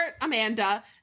Amanda